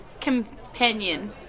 companion